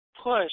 push